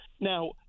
Now